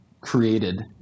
created